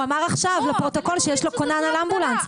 הוא אמר עכשיו לפרוטוקול שיש לו כונן על אמבולנס.